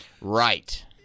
Right